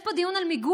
יש פה דיון על מיגון,